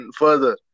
further